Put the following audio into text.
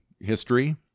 History